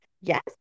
Yes